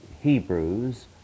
Hebrews